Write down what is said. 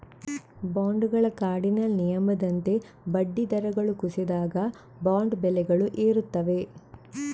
ಬಾಂಡುಗಳ ಕಾರ್ಡಿನಲ್ ನಿಯಮದಂತೆ ಬಡ್ಡಿ ದರಗಳು ಕುಸಿದಾಗ, ಬಾಂಡ್ ಬೆಲೆಗಳು ಏರುತ್ತವೆ